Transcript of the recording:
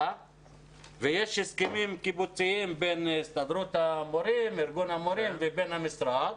אומנם יש הסכמים קיבוציים בין הסתדרות המורים וארגון המורים לבין המשרד,